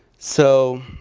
so